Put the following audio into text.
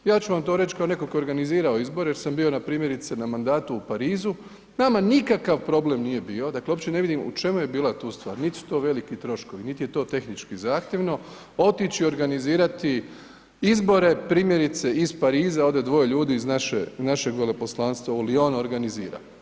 Ja ću vam to reći kao netko tko je organizirao izbore jer sam bio na primjerice na mandatu u Parizu, nama nikakav problem nije bio, dakle uopće ne vidim u čemu je bila tu stvar, niti su to veliki troškovi, niti je to tehnički zahtjevno, otići, organizirati izbore primjerice iz Pariza ode dvoje ljudi iz našeg veleposlanstva u Lyon organizira.